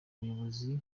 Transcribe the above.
umuyobozi